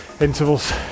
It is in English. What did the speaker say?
intervals